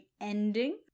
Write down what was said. ending